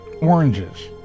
Oranges